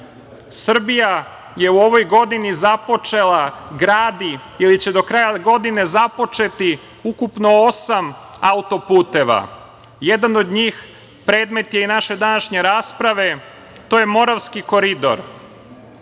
Srbija je u ovoj godini započela, gradi ili će do kraja godine započeti ukupno osam autoputeva. Jedan od njih, predmet je i naše današnje rasprave. To je Moravski koridor. Autoput